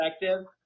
effective